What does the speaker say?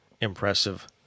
impressive